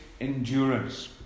endurance